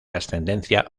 ascendencia